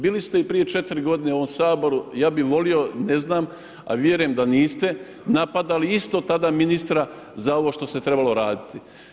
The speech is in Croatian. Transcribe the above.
Bili ste i prije 4 godine u ovom Saboru, ja bi volio, ne znam a vjerujem da niste napadali isto tada ministra za ovo što se trebalo raditi.